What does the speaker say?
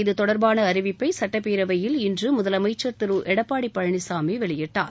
இதுதொடர்பான அறிவிப்பை சுட்டப்பேரவையில் இன்று முதலமைச்சர் திரு எடப்பாடி பழனிசாமி வெளியிட்டார்